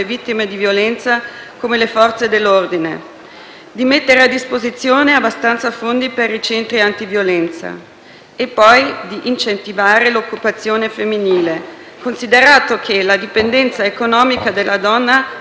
di mettere a disposizione abbastanza fondi per i centri antiviolenza; di incentivare l'occupazione femminile, considerato che la dipendenza economica della donna rappresenta terreno fertile per gli uomini violenti;